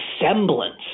semblance